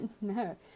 No